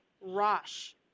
rush